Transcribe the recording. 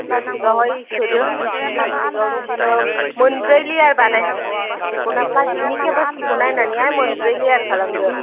प्लासटिकआवहाय सोदो प्लासटिकआव बिदिनो मोनब्रै लेयार बानाय प्लालसटिकखौ प्लासटिकनि केपासिटिखौ नायनानै मोनब्रै लेयार खालामदो